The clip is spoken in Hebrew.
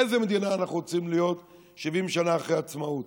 איזו מדינה אנחנו רוצים להיות 70 שנה אחרי העצמאות,